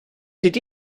did